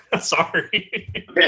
Sorry